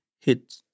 hit